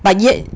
but yet